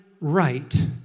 right